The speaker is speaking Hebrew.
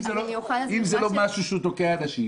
משהו שתוקע אנשים